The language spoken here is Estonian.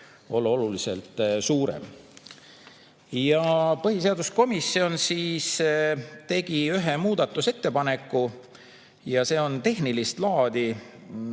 olla oluliselt suurem. Põhiseaduskomisjon tegi ühe muudatusettepaneku ja see on tehnilist laadi.